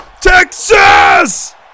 Texas